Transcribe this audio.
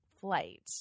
flight